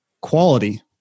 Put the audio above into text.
quality